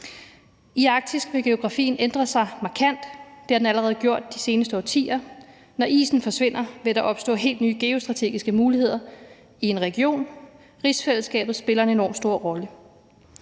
I Arktis vil geografien ændre sig markant; det har den allerede gjort de seneste årtier. Når isen forsvinder, vil der opstå helt nye geostrategiske muligheder i en region, hvor rigsfællesskabet spiller en enormt stor rolle.